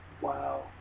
Wow